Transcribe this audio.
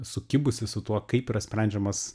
sukibusi su tuo kaip yra sprendžiamas